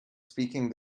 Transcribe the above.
speaking